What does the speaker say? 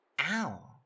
Ow